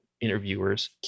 interviewers